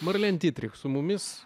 marlen dytrich su mumis